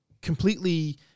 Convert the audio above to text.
completely